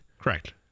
Correct